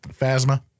Phasma